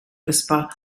essbar